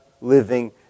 living